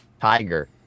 tiger